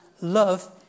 Love